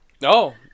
No